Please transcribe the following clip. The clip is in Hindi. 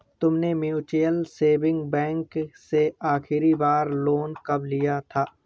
तुमने म्यूचुअल सेविंग बैंक से आखरी बार लोन कब लिया था?